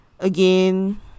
Again